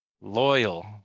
loyal